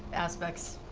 aspects.